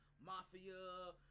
mafia